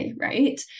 Right